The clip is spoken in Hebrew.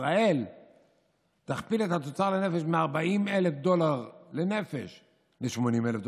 ישראל תכפיל את התוצר לנפש מ-40,000 דולר לנפש ל-80,000 דולר.